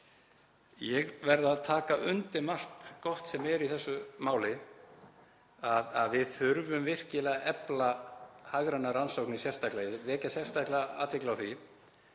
Ég verð að taka undir margt gott sem er í þessu máli. Við þurfum virkilega að efla hagrænar rannsóknir sérstaklega, ég vil vekja sérstaklega athygli á því,